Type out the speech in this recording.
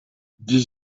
dix